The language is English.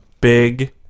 big